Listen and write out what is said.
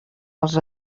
els